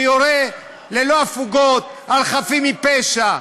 שיורים ללא הפוגה על חפים מפשע,